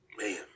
Man